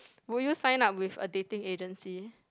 we just sign up with a dating agency